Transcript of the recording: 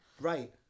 Right